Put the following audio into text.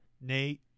Nate